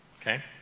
Okay